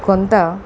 కొంత